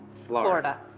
florida.